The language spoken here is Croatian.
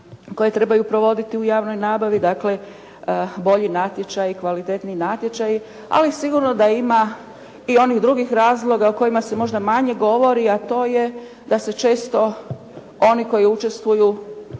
koje trebaju provoditi u javnoj nabavi, dakle, bolji natječaji, kvalitetniji natječaji, ali sigurno da ima i onih drugih razloga o kojima se možda manje govori a to je da se često oni koji učestvuju